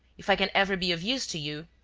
if i can ever be of use to you.